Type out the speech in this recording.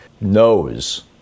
knows